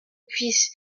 puisse